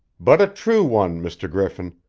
but a true one, mr. griffin!